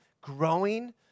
growing